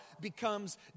becomes